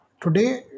Today